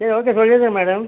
சரி ஓகே சொல்லிடுறேன் மேடம்